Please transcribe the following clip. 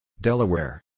Delaware